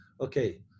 Okay